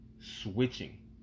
switching